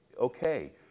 okay